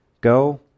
Go